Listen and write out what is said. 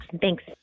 thanks